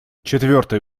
четвертый